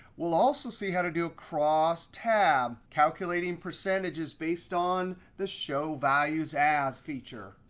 we'll also see how to do a crosstab calculating percentages based on the show values as feature.